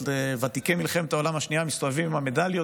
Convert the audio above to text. את ותיקי מלחמת העולם השנייה מסתובבים עם המדליות.